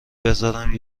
بذارم